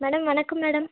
madam வணக்கம் madam